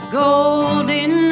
golden